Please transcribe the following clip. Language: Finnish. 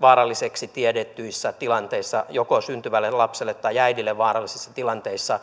vaaralliseksi tiedetyissä tilanteissa joko syntyvälle lapselle tai äidille vaarallisissa tilanteissa